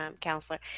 counselor